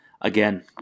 again